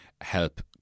help